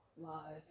Lies